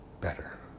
Better